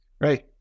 right